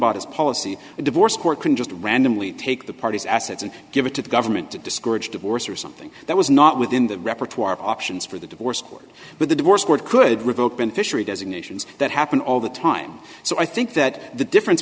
bought his policy the divorce court can just randomly take the parties assets and give it to the government to discourage divorce or something that was not within the repertoire of options for the divorce court but the divorce court could revoke been fishery designations that happen all the time so i think that the difference